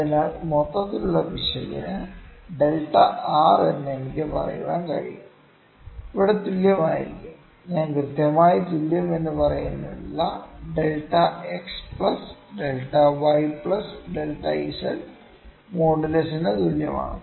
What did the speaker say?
അതിനാൽ മൊത്തത്തിലുള്ള പിശകിന് ഡെൽറ്റ ആർ എന്ന് എനിക്ക് പറയാൻ കഴിയും ഇവിടെ തുല്യമായിരിക്കും ഞാൻ കൃത്യമായി തുല്യം എന്ന് പറയുന്നില്ല delta X plus delta Y plus delta z മോഡുലസിന് തുല്യമാണ്